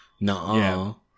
No